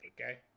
okay